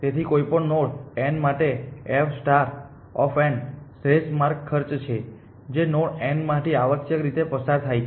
તેથી કોઈપણ node n માટે f શ્રેષ્ઠ માર્ગ ખર્ચ છે જે નોડ n માંથી આવશ્યકરીતે પસાર થાય છે